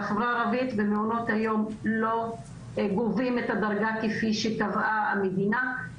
בחברה הערבית במעונות היום לא גובים את הדרגה כפי שקבעה המדינה.